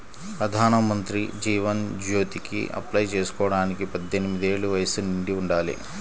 ప్రధానమంత్రి జీవన్ జ్యోతికి అప్లై చేసుకోడానికి పద్దెనిది ఏళ్ళు వయస్సు నిండి ఉండాలి